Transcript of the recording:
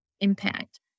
impact